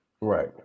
Right